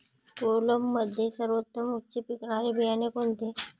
कोलममध्ये सर्वोत्तम उच्च पिकणारे बियाणे कोणते?